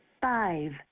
Five